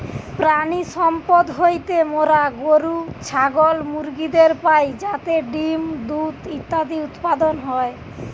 প্রাণিসম্পদ হইতে মোরা গরু, ছাগল, মুরগিদের পাই যাতে ডিম্, দুধ ইত্যাদি উৎপাদন হয়